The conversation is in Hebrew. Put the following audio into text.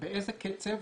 באיזה קצב